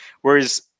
Whereas